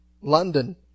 London